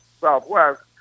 Southwest